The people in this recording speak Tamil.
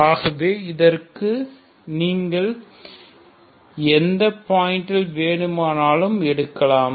ஆகவே இதற்கு நீங்கள் எந்த பாயிண்ட் வேண்டுமானாலும் எடுக்கலாம்